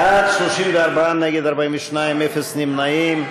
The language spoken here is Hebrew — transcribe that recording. בעד, 34, נגד, 42, אפס נמנעים.